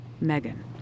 Megan